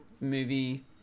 movie